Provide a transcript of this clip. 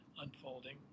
unfolding